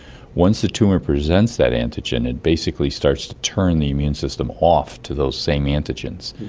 once the tumour presents that antigen it basically starts to turn the immune system off to those same antigens.